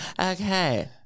Okay